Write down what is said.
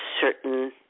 certain